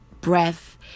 breath